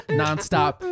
nonstop